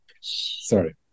sorry